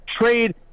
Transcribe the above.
trade